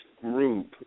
group